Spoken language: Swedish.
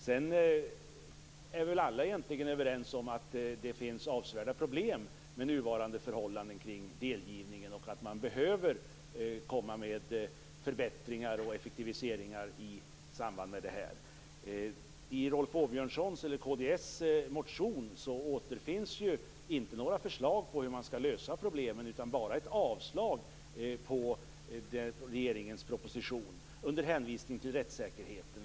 Sedan är väl egentligen alla överens om att det finns avsevärda problem med nuvarande förhållanden kring delgivningen och att man behöver komma med förbättringar och effektiviseringar i samband med det här. I kd:s motion återfinns inte några förslag om hur man skall lösa problemen, bara ett avslag på regeringens proposition under hänvisning till rättssäkerheten.